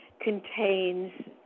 contains